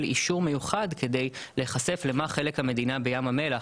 אישור מיוחד כדי להיחשף למה הוא חלק המדינה בים המלח,